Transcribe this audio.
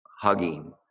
hugging